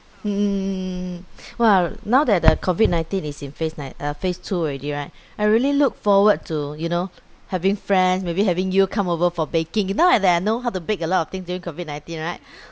mm mm mm mm mm !wah! now that the COVID nineteen is in phase like uh phase two already right I really look forward to you know having friends maybe having you come over for baking now at that I know how to bake a lot of things during COVID nineteen right